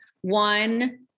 One